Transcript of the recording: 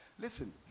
Listen